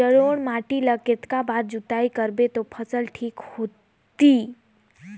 जलोढ़ माटी ला कतना बार जुताई करबो ता फसल ठीक होती?